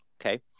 Okay